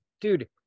dude